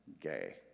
gay